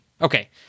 Okay